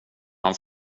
han